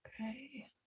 Okay